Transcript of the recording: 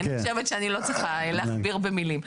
אני חושבת שאני לא צריכה להכביר במילים.